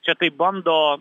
čia taip bando